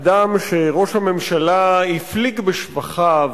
אדם שראש הממשלה הפליג בשבחיו,